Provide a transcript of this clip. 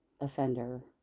offender